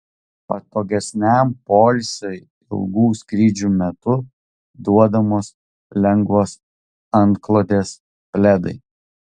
patogesniam poilsiui ilgų skrydžių metu duodamos lengvos antklodės pledai